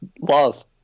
Love